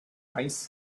ice